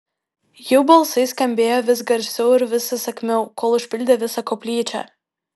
jų balsai skambėjo vis garsiau ir vis įsakmiau kol užpildė visą koplyčią